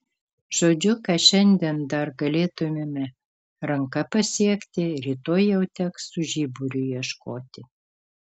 žodžiu ką šiandien dar galėtumėme ranka pasiekti rytoj jau teks su žiburiu ieškoti